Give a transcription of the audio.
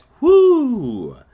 Woo